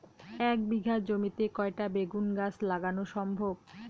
এক বিঘা জমিতে কয়টা বেগুন গাছ লাগানো সম্ভব?